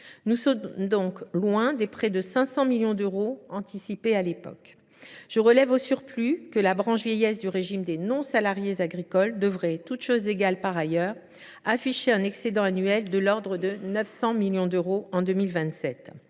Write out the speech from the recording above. Nous sommes donc loin des presque 500 millions d’euros anticipés à l’époque ! Je relève, au surplus, que la branche vieillesse du régime des non salariés agricoles devrait, toutes choses égales par ailleurs, afficher un excédent annuel de l’ordre de 900 millions d’euros en 2027